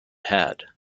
had